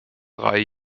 drei